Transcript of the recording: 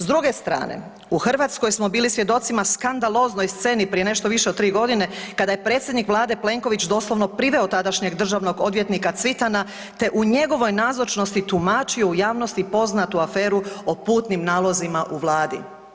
S druge strane, u Hrvatskoj smo bili svjedocima skandaloznoj sceni prije nešto više od tri godine kada je predsjednik Vlade Plenković doslovno priveo tadašnjeg državnog odvjetnika Cvitana, te u njegovoj nazočnosti tumačio u javnosti poznatu aferu o putnim nalozima u Vladi.